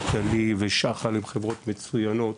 נטלי ושחל הן חברות מצוינות,